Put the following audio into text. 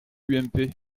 ump